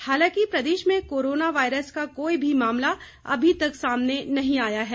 हालांकि प्रदेश में कोरोना वायरस का कोई भी मामला अभी तक सामने नहीं आया है